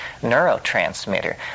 neurotransmitter